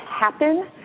happen